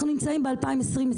אנחנו נמצאים ב-2022.